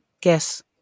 Guess